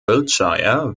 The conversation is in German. wiltshire